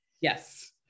yes